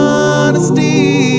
honesty